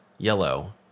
yellow